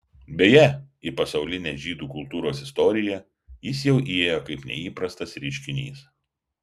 beje į pasaulinę žydų kultūros istoriją jis jau įėjo kaip neįprastas reiškinys